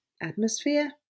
atmosphere